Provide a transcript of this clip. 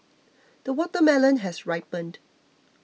the watermelon has ripened